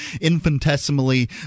infinitesimally